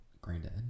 Granddad